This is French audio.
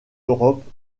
europe